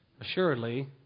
Assuredly